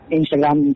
Instagram